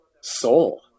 soul